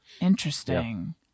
Interesting